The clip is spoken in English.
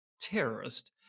terrorist